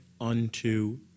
unto